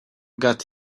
got